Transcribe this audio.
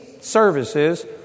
services